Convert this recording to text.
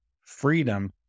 freedom